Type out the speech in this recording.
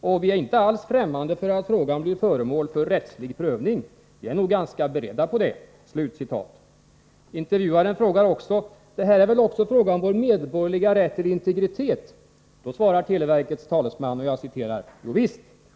Och vi är inte alls främmande för att frågan blir föremål för rättslig prövning. Vi är nog ganska beredda på det.” Intervjuaren frågar också: ”Det här är väl också fråga om vår medborgerliga rätt till integritet?” Då svarar televerkets talesman: ”Jovisst.